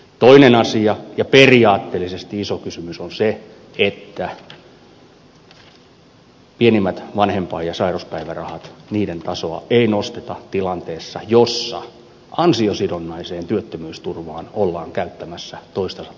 toinen asia ja periaatteellisesti iso kysymys on se että pienimpien vanhempain ja sairauspäivärahojen tasoa ei nosteta tilanteessa jossa ansiosidonnaiseen työttömyysturvaan ollaan käyttämässä toistasataa miljoonaa